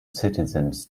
citizens